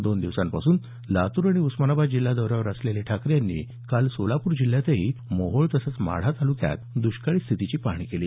दोन दिवसांपासून लातूर आणि उस्मानाबाद जिल्हा दौऱ्यावर असलेले ठाकरे यांनी काल सोलापूर जिल्ह्यातही मोहोळ माढा या तालुक्यात दृष्काळी स्थितीची पाहणी केली